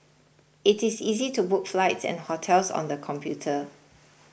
it is easy to book flights and hotels on the computer